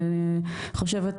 אני חושבת,